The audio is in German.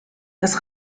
das